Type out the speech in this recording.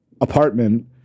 apartment